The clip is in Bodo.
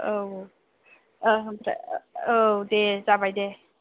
औ औ ओमफ्राय औ दे जाबाय दे